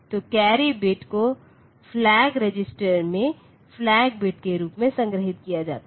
तो carry bit को flag register में फ्लैग बिट के रूप में संग्रहीत किया जाता है